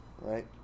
right